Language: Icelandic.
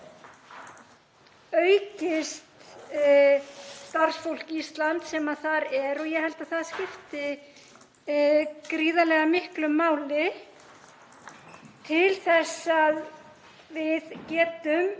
aukning á starfsfólki Íslands þar og ég held að það skipti gríðarlega miklu máli til þess að við getum